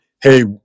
hey